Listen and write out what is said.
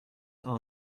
are